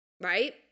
Right